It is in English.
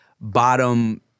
bottom